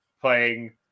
playing